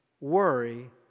worry